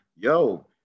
Yo